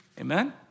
Amen